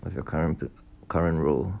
of your current current role